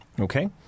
Okay